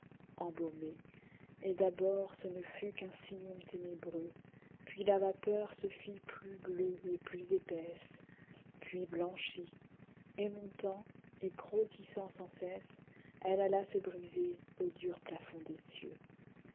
embaumée et d'abord ce ne fut qu'un sillon ténébreux puis la vapeur se fit plus bleue et plus épaisse puis blanchit et montant et grossissant sans cesse elle alla se briser au dur plafond des